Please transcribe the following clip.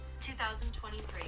2023